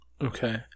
Okay